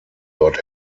dort